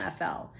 NFL